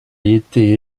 été